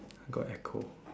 got echo